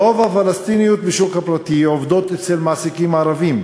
רוב הפלסטיניות בשוק הפרטי עובדות אצל מעסיקים ערבים.